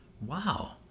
wow